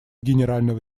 генерального